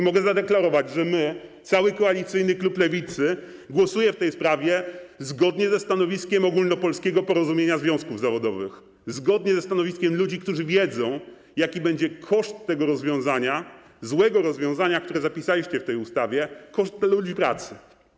Mogę zadeklarować, że my, cały koalicyjny klub Lewicy, zagłosujemy w tej sprawie zgodnie ze stanowiskiem Ogólnopolskiego Porozumienia Związków Zawodowych, zgodnie ze stanowiskiem ludzi, którzy wiedzą, jaki będzie koszt tego złego rozwiązania, które zapisaliście w tej ustawie, koszt dla ludzi pracy.